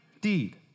deed